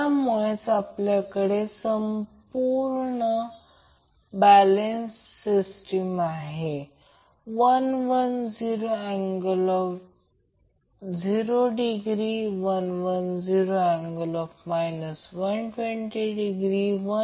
परंतु येथे आपण ते त्याच प्रकारे बनवले आहे ज्याला आपण V L Vbc चे मग्निट्यूड म्हणतो ते बलन्सड आहे